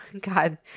God